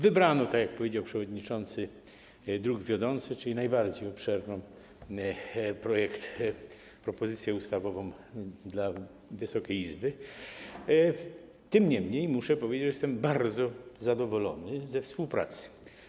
Wybrano, tak jak powiedział przewodniczący, druk wiodący, czyli najbardziej obszerny projekt, propozycję ustawową dla Wysokiej Izby, niemniej muszę powiedzieć, że jestem bardzo zadowolony ze współpracy.